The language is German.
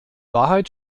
wahrheit